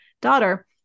daughter